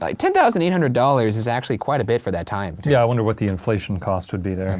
ten thousand eight hundred dollars is actually quite a bit for that time, too. yeah, i wonder what the inflation cost would be there. and